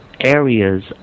areas